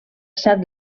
set